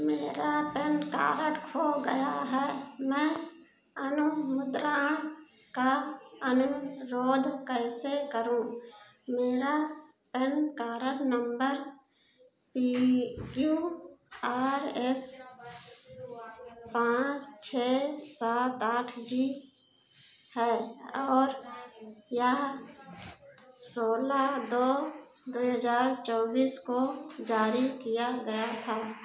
मेरा PAN card खो गया है मैं अनुर्मुद्रण का अनुरोध कैसे करूँ मेरा PAN card number P Q R S पाँच छः सात आठ जी है और यह सोलह दो दो हजार चौबीस को जारी किया गया था